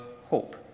hope